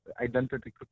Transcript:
identity